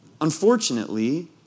Unfortunately